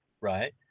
right